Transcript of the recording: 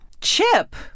Chip